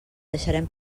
deixarem